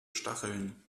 stacheln